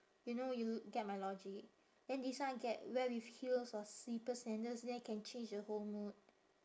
you know you get my logic then this one I get wear with heels or slipper sandals then I can change the whole mood